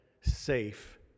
safe